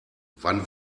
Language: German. wann